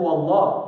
Allah